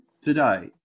today